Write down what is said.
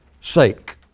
sake